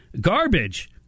garbage